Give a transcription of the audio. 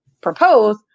propose